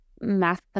Math